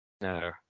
no